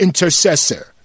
intercessor